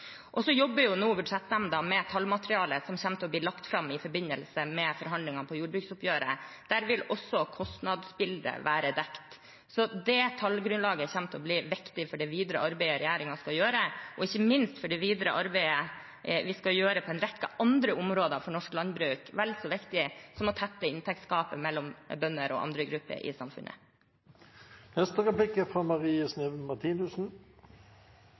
jobber nå Budsjettnemnda for jordbruket med tallmateriale som kommer til å bli lagt fram i forbindelse med forhandlingene i jordbruksoppgjøret. Der vil også kostnadsbildet være dekt. Det tallgrunnlaget kommer til å bli viktig for det videre arbeidet regjeringen skal gjøre, og ikke minst for det videre arbeidet vi skal gjøre på en rekke andre områder for norsk landbruk. Det er vel så viktig som å tette inntektsgapet mellom bønder og andre grupper i